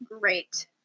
great